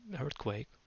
earthquake